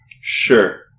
Sure